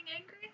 angry